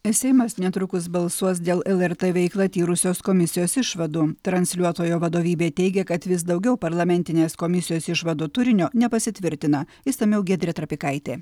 seimas netrukus balsuos dėl lrt veiklą tyrusios komisijos išvadų transliuotojo vadovybė teigia kad vis daugiau parlamentinės komisijos išvadų turinio nepasitvirtina išsamiau giedrė trapikaitė